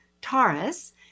Taurus